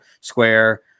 square